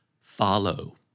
Follow